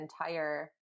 entire